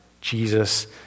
Jesus